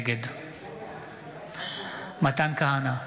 נגד מתן כהנא,